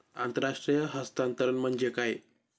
आंतरराष्ट्रीय हस्तांतरण म्हणजे काय?